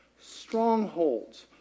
strongholds